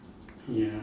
ya